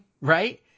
right